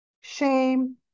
shame